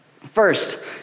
First